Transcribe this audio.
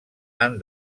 han